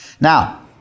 Now